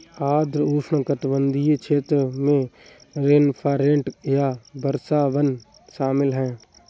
आर्द्र उष्णकटिबंधीय क्षेत्र में रेनफॉरेस्ट या वर्षावन शामिल हैं